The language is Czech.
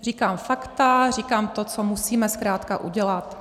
Říkám fakta, říkám to, co musíme zkrátka udělat.